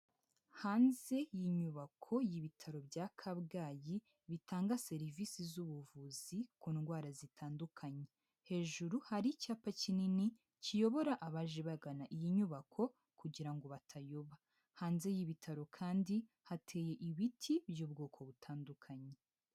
Hanze y'inyubako y'ibitaro bya Kabgayi bitanga serivisi z'ubuvuzi ku ndwara zitandukanye, hejuru hari icyapa kinini kiyobora abaje bagana iyi nyubako kugira ngo batayoba, hanze y'ibitaro kandi hateye ibiti by'ubwoko butandukanye.